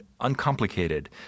uncomplicated